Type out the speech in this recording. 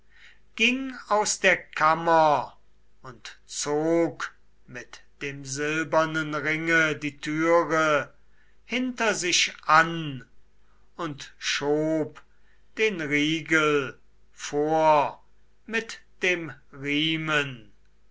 ging aus der kammer und zog mit dem silbernen ringe die türe hinter sich an und schob den riegel vor mit dem riemen